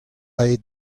aet